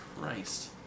Christ